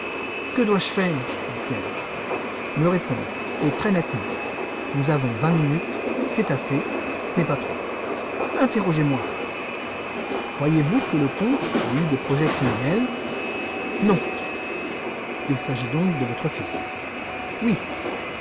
que dois-je faire dit-elle me répondre et très nettement nous avons vingt minutes c'est assez ce n'est pas trop interrogez moi croyez-vous que le comte ait eu des projets criminels non il s'agit donc de votre fils oui